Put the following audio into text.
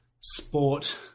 sport